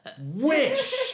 wish